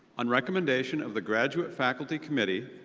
on recommendation of the graduate faculty committee,